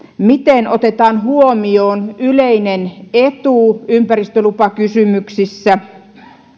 miten otetaan huomioon yleinen etu ympäristölupakysymyksissä